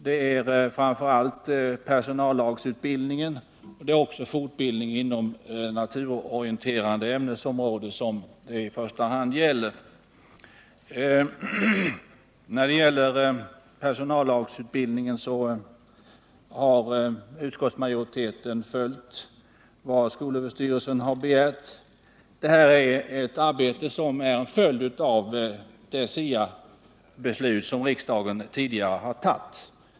Det rör framför allt personallagsutbildningen, men det är också fortbildningen inom naturorien 165 terande ämnesområden som insatserna i första hand gäller. Vad personallagsutbildningen beträffar har utskottsmajoriteten följt skolöverstyrelsens begäran. Det är här fråga om ett arbete som är en följd av det SIA-beslut som riksdagen tidigare har fattat.